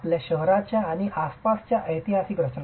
आपल्या शहराच्या आणि आसपासच्या ऐतिहासिक रचना